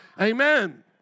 Amen